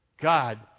God